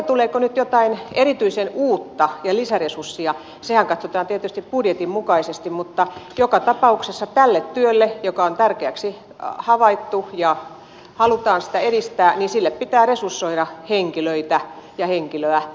tuleeko nyt jotain erityisen uutta ja lisäresurssia sehän katsotaan tietysti budjetin mukaisesti mutta joka tapauksessa tälle työlle joka on tärkeäksi havaittu ja jota halutaan edistää pitää resursoida henkilöitä ja henkilöä